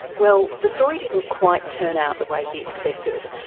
well, the story didn't quite turn out the way he expected,